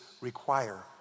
require